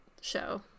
show